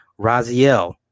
Raziel